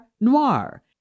noir